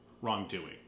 wrongdoing